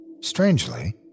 Strangely